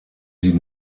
die